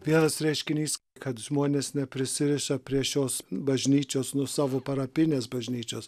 vienas reiškinys kad žmonės neprisiriša prie šios bažnyčios nu savo parapijinės bažnyčios